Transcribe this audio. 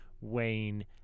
Wayne